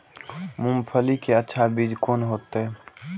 मूंगफली के अच्छा बीज कोन होते?